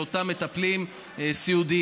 של אותם מטפלים סיעודיים.